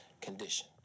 condition